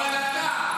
אחסוך לך.